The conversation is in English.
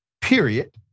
period